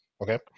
Okay